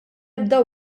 ebda